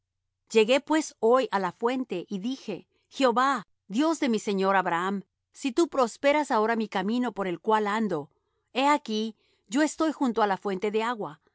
llegué pues hoy á la fuente y dije jehová dios de mi señor abraham si tú prosperas ahora mi camino por el cual ando he aquí yo estoy junto á la fuente de agua